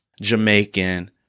Jamaican